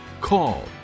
call